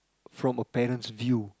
from a parent's view